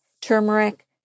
turmeric